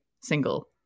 single